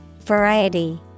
Variety